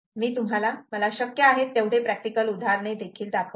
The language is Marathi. मी तुम्हाला मला शक्य आहेत तेवढे प्रॅक्टिकल उदाहरण देखील दाखवतो